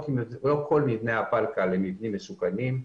לא כל מבני הפלקל הם מבנים מסוכנים.